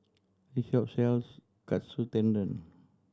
this shop sells Katsu Tendon